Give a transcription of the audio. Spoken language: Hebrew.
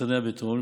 יצרני הבטון.